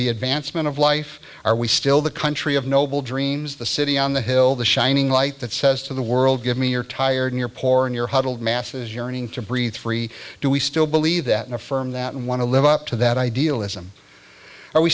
the advancement of life are we still the country of noble dreams the city on the hill the shining light that says to the world give me your tired your poor your huddled masses yearning to breathe free do we still believe that in a firm that want to live up to that idealism are we